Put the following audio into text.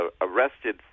arrested